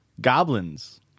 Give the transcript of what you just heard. Goblins